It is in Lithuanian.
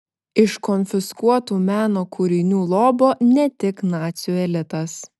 iš konfiskuotų meno kūrinių lobo ne tik nacių elitas